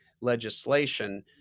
legislation